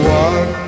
one